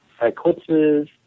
eclipses